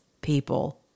people